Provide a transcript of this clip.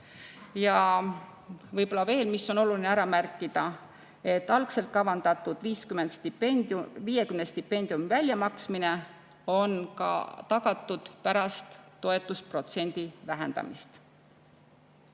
Võib-olla on oluline veel ära märkida, et algselt kavandatud 50 stipendiumi väljamaksmine on tagatud ka pärast toetusprotsendi vähendamist.